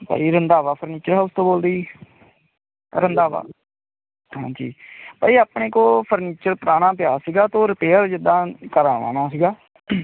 ਭਾਅ ਜੀ Randhawa furniture house ਤੋਂ ਬੋਲਦੇ ਜੀ ਰੰਧਾਵਾ ਹਾਂਜੀ ਭਾਅ ਜੀ ਆਪਣੇ ਕੋਲ ਫਰਨੀਚਰ ਪੁਰਾਣਾ ਪਿਆ ਸੀਗਾ ਤਾਂ ਉਹ ਰਿਪੇਅਰ ਜਿੱਦਾਂ ਕਰਵਾਉਣਾ ਸੀਗਾ